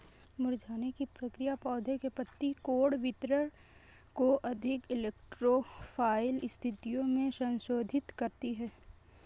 मुरझाने की प्रक्रिया पौधे के पत्ती कोण वितरण को अधिक इलेक्ट्रो फाइल स्थितियो में संशोधित करती है